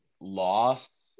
loss